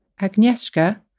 Agnieszka